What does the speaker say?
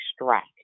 extract